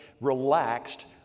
relaxed